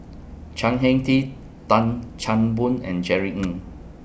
Chan Heng Chee Tan Chan Boon and Jerry Ng